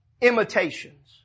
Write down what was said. imitations